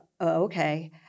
okay